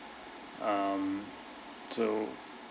um so